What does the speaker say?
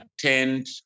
attend